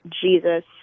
Jesus